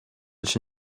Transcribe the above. czy